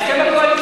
בהסכם הקואליציוני,